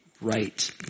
right